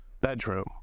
bedroom